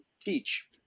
teach